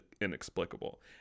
inexplicable